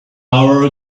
hour